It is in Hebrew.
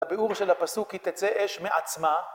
הביאור של הפסוק כי תצא אש מעצמה